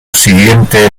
siguiente